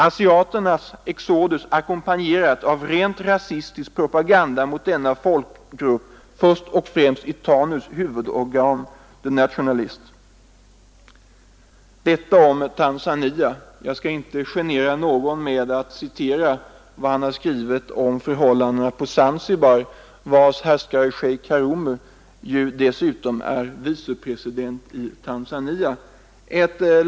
——— Asiaternas exodus ackompanjeras av rent rasistisk propaganda mot denna folkgrupp först och främst i Tanus huvudorgan The Nationalist.” Detta om Tanzania. Jag skall inte genera någon med att citera vad han har skrivit om förhållandena på Zanzibar, vars härskare shejk Karume ju dessutom är vicepresident i Tanzania.